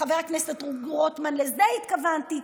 חבר הכנסת רוטמן: לזה התכוונתי.